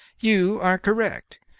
you are correct.